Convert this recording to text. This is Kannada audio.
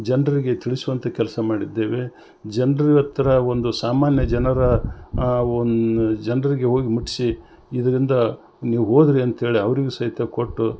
ಜನರಿಗೆ ತಿಳಿಸುವಂಥ ಕೆಲಸ ಮಾಡಿದ್ದೇವೆ ಜನ್ರ ಹತ್ರ ಒಂದು ಸಾಮಾನ್ಯ ಜನರ ಒಂದು ಜನರಿಗೆ ಹೋಗ್ ಮುಟ್ಸಿ ಇದರಿಂದ ನೀವು ಓದಿರಿ ಅಂತೇಳಿ ಅವರಿಗೂ ಸಹಿತ ಕೊಟ್ಟು